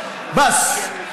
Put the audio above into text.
בס.